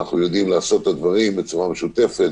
אנחנו יודעים לעשות את הדברים בצורה משותפת,